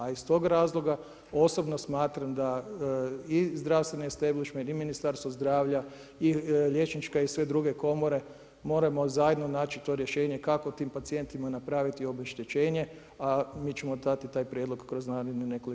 A iz toga razloga osobno smatram da i zdravstveni establišment i Ministarstvo zdravlja i liječnička i sve druge komore moramo zajedno naći to rješenje kako tim pacijentima napraviti obeštećenje, a mi ćemo dati taj prijedlog kroz narednih nekoliko tjedana.